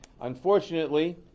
Unfortunately